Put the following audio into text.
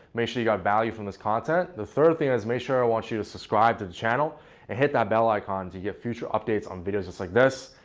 make sure you got value from this content. the third thing is make sure i want you to subscribe to the channel and hit that bell icon to get future updates on videos just like this.